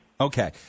Okay